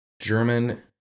German